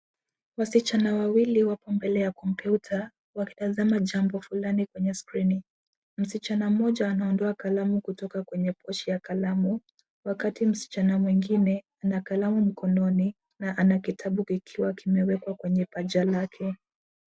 Wasichana wawili wapo mbele ya kompyuta wakitazama jambo fulani kwenye skrini. Msichana mmoja anaondoa kalamu kutoka kwenye pochi ya kalamu, wakati msichana mwingine ana kalamu mkononi na ana kitabu kikiwa kimewekwa kwenye paja lake.